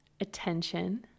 attention